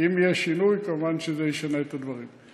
אם יהיה שינוי, כמובן זה ישנה את הדברים.